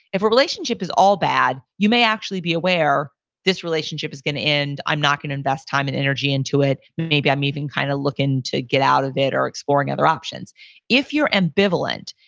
if a relationship is all bad, you may actually be aware this relationship is going to end, i'm not going to invest time and energy into it. maybe i'm even kind of looking to get out of it or exploring other options if you're ambivalent,